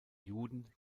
juden